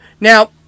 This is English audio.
Now